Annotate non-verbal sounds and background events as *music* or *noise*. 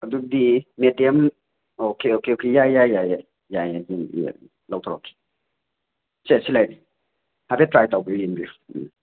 ꯑꯗꯨꯗꯤ medium okay okay okay ꯌꯥꯏ ꯌꯥꯏ ꯌꯥꯏ ꯌꯥꯏ ꯌꯥꯏ *unintelligible* ꯂꯧꯊꯣꯔꯛꯀꯦ ꯁꯦ ꯁꯤꯗ ꯂꯩꯔꯦ ꯍꯥꯏꯐꯦꯠ ꯇ꯭ꯔꯥꯏ ꯇꯧꯕꯤꯌꯨ ꯌꯦꯡꯕꯤꯌꯨ